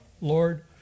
Lord